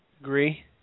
Agree